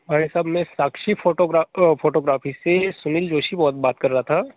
भाई साहब मैं साक्षी फोटोग्रा फोटोग्राफी से सुनील जोशी ब बात कर रहा था